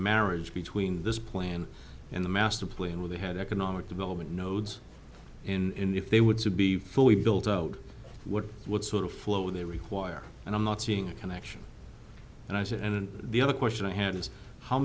marriage between this plan and the master plan when they had economic development nodes in they would be fully built out what what sort of flow they require and i'm not seeing a connection and i said and then the other question i had is how